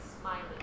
smiling